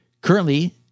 Currently